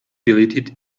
deleted